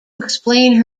explain